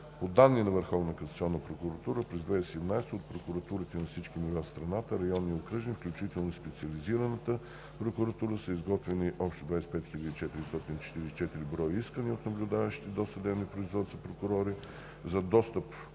прокуратура през 2017 г. от прокуратури на всички нива в страната – районни и окръжни, включително Специализираната прокуратура, са изготвени общо 25 444 броя искания от наблюдаващи досъдебните производства прокурори за достъп